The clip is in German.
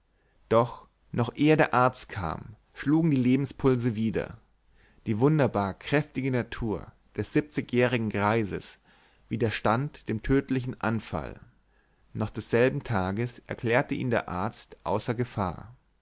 doch noch ehe der arzt kam schlugen die lebenspulse wieder die wunderbar kräftige natur des siebzigjährigen greises widerstand dem tödlichen anfall noch desselben tages erklärte ihn der arzt außer gefahr